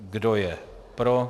Kdo je pro.